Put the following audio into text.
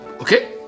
Okay